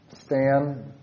Stan